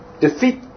defeat